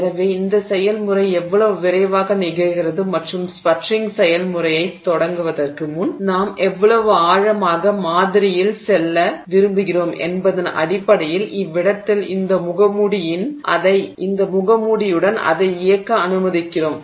எனவே இந்த செயல்முறை எவ்வளவு விரைவாக நிகழ்கிறது மற்றும் ஸ்பட்டரிங் செயல்முறையைத் தொடங்குவதற்கு முன் நாம் எவ்வளவு ஆழமாக மாதிரியில் செல்ல விரும்புகிறோம் என்பதன் அடிப்படையில் இவ்விடத்தில் இந்த முகமூடியுடன் அதை இயக்க அனுமதிக்கிறோம்